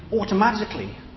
automatically